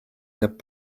saab